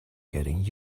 getting